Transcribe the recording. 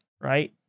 right